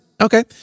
Okay